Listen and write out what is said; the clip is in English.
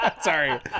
Sorry